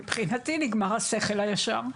מבחינתי נגמר השכל הישר.